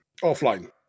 offline